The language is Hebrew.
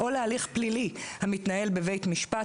או להליך פלילי המתנהל בבית משפט,